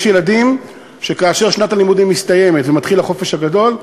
יש ילדים שכאשר שנת הלימודים מסתיימת ומתחיל החופש הגדול,